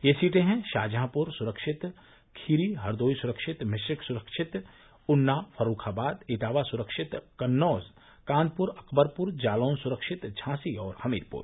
ये सीटे हैं शाहजहांप्र सुरक्षित खीरी हरदोई सुरक्षित मिश्रिख सुरक्षित उन्नाव फर्रूखाबाद इटावा सुरक्षित कन्नौज कानपुर अकबरपुर जालौन सुरक्षित झांसी और हमीरपुर